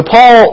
Paul